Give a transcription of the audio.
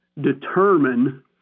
determine